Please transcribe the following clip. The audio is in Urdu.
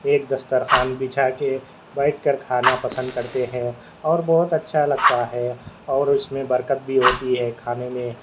ایک دسترخوان بچھا کے بیٹھ کر کھانا پسند کرتے ہیں اور بہت اچھا لگتا ہے اور اس میں برکت بھی ہوتی ہے کھانے میں